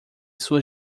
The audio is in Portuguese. sua